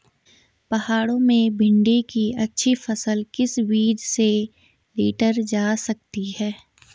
पहाड़ों में भिन्डी की अच्छी फसल किस बीज से लीटर जा सकती है?